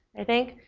i think?